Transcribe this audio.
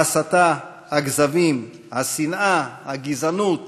ההסתה, הכזבים, השנאה, הגזענות,